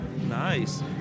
nice